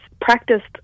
practiced